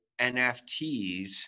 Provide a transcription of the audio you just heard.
NFTs